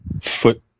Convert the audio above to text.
foot